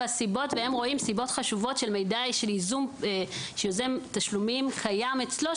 הסיבות והם רואים סיבות חשובות של מידע שיוזם תשלומים קיים אצלו,